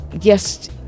yes